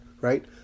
right